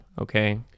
Okay